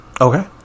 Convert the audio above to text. Okay